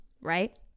right